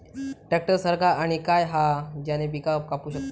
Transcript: Tractor सारखा आणि काय हा ज्याने पीका कापू शकताव?